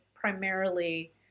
primarily